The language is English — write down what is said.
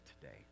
today